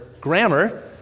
grammar